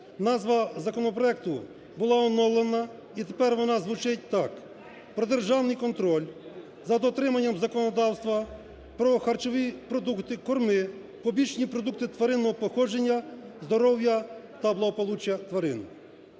Назва законопроекту була оновлена і тепер вона звучить так: про державний контроль за дотримання законодавства про харчові продукти, корми, побічні продукти тваринного походження, здоров'я та благополуччя тварин.